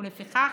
ולפיכך,